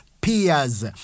peers